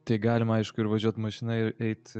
tai galima aišku ir važiuot mašina ir eit